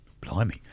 Blimey